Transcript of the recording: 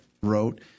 wrote